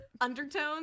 undertones